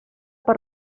per